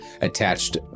attached